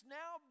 now